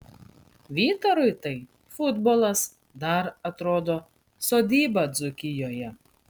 vytarui tai futbolas dar atrodo sodyba dzūkijoje